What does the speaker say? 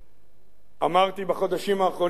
אמרתי בחודשים האחרונים שוב ושוב: